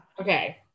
Okay